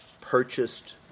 purchased